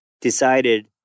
decided